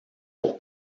pour